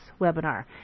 webinar